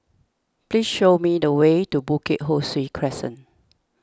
please show me the way to Bukit Ho Swee Crescent